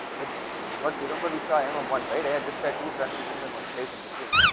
with what remember me saw m m one right had just a two transition then one place in between,